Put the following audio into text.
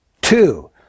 Two